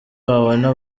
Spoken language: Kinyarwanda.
wabona